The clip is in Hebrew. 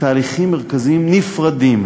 תהליכים מרכזיים נפרדים,